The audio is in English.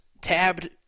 tabbed